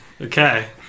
Okay